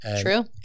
True